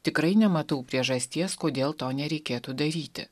tikrai nematau priežasties kodėl to nereikėtų daryti